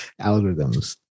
algorithms